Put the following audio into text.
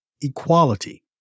equality